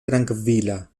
trankvila